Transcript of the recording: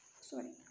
Sorry